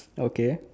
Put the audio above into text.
okay